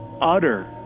utter